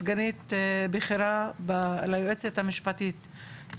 סגנית בכירה ליועצת המשפטית,